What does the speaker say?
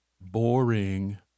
boring